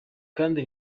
kandi